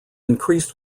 increased